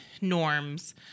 norms